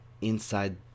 inside